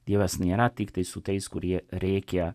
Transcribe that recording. dievas nėra tiktai su tais kurie rėkia